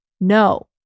No